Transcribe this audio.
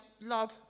love